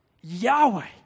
Yahweh